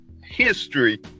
history